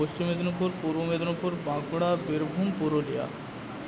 Paschim Medinipur Purba Medinipur Bankura Birbhum Purulia